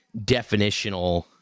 definitional